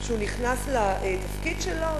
כשנכנס לתפקיד שלו,